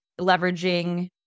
leveraging